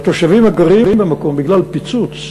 והתושבים הגרים במקום ייפגעו בגלל פיצוץ,